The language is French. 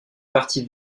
parti